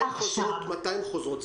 מתי הן חוזרות?